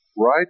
right